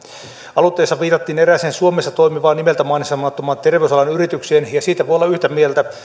aloitteessa viitattiin erääseen suomessa toimivaan nimeltä mainitsemattomaan terveysalan yritykseen ja siitä voi olla yhtä mieltä